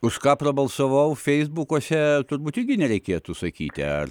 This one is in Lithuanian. už ką prabalsavau feisbukuose turbūt irgi nereikėtų sakyti ar